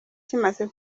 kimaze